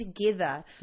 together